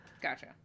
gotcha